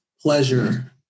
pleasure